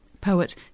Poet